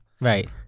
Right